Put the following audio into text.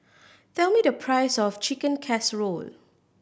tell me the price of Chicken Casserole